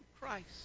Christ